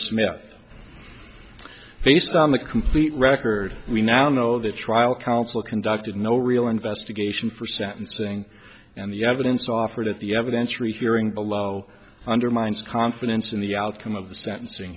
smith based on the complete record we now know the trial counsel conducted no real investigation for sentencing and the evidence offered at the evidence rehearing below undermines confidence in the outcome of the sentencing